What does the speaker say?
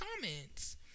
comments